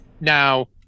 Now